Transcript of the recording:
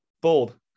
Bold